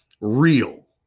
real